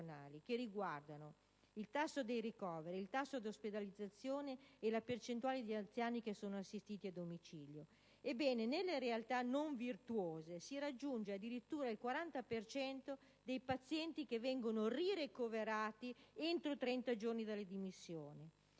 che riguardano: il tasso dei ricoveri, il tasso di ospedalizzazione e la percentuale di anziani assistiti a domicilio. Ebbene, nelle realtà non virtuose addirittura il 40 per cento dei pazienti viene nuovamente ricoverato entro 30 giorni dalle dimissioni.